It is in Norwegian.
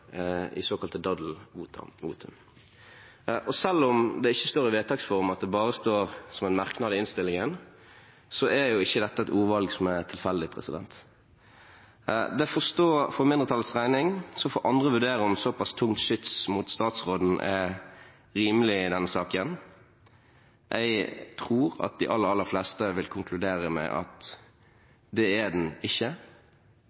i såkalte daddelvotum. Og selv om det ikke står i vedtaks form, selv om det bare står som en merknad i innstillingen, er ikke dette et ordvalg som er tilfeldig. Det får stå for mindretallets regning, så får andre vurdere om såpass tungt skyts mot statsråden er rimelig i denne saken. Jeg tror at de aller, aller fleste vil konkludere med